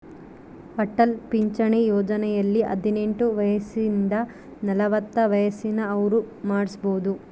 ಅಟಲ್ ಪಿಂಚಣಿ ಯೋಜನೆಯಲ್ಲಿ ಹದಿನೆಂಟು ವಯಸಿಂದ ನಲವತ್ತ ವಯಸ್ಸಿನ ಅವ್ರು ಮಾಡ್ಸಬೊದು